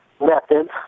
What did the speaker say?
methods